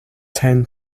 ten